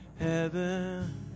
heaven